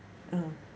mm